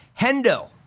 Hendo